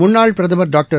முன்னாள் பிரதமர் டாக்டர்